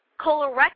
colorectal